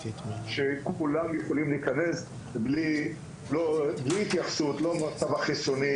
שכולם יכולים להיכנס בלי התייחסות לא למצב החיסוני,